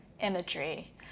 imagery